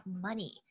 money